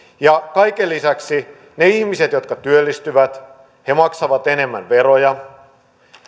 kaiken lisäksi ne ihmiset jotka työllistyvät maksavat enemmän veroja